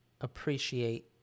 appreciate